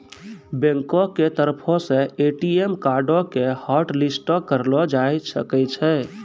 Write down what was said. बैंको के तरफो से ए.टी.एम कार्डो के हाटलिस्टो करलो जाय सकै छै